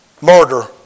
murder